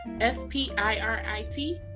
s-p-i-r-i-t